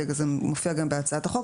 וזה מופיע גם בהצעת החוק,